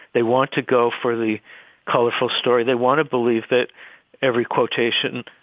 they want to go for the colorful story. they want to believe that every quotation,